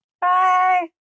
Bye